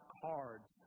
cards